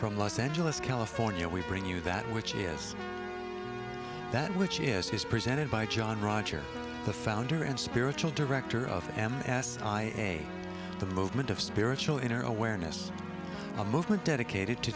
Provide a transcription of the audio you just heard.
from los angeles california we bring you that which has that which is his presented by john rogers the founder and spiritual director of an ass i say the movement of spiritual inner awareness a movement dedicated to